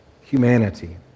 humanity